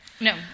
No